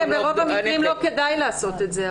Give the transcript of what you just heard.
ברוב המקרים לא כדאי לעשות את זה,